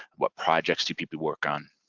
what projects do people work on.